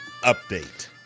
update